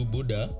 Buddha